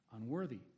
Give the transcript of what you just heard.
Unworthy